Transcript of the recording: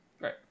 Right